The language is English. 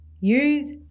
use